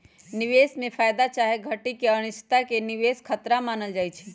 निवेश में फयदा चाहे घटि के अनिश्चितता के निवेश खतरा मानल जाइ छइ